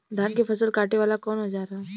धान के फसल कांटे वाला कवन औजार ह?